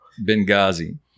Benghazi